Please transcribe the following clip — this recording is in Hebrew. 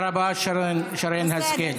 תודה רבה, שרן השכל.